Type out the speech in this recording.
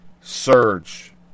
surge